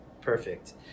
perfect